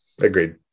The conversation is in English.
Agreed